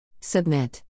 Submit